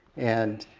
and